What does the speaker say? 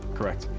correct.